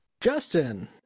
Justin